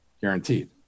guaranteed